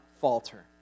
falter